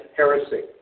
heresy